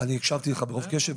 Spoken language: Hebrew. אני הקשבתי לך ברוב קשב,